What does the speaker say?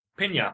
Pinya